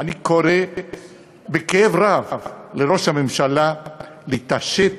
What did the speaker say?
אני קורא בכאב רב לראש הממשלה להתעשת